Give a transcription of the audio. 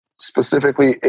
specifically